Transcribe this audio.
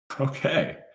Okay